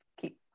keep